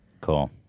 Cool